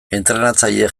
entrenatzaileek